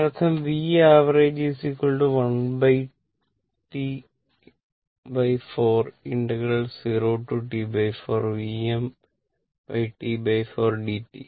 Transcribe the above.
അതിനർത്ഥം Vavg 1T4 0t4Vm T4 dt